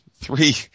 three